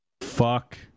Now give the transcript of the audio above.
Fuck